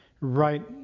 right